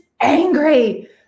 angry